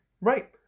Right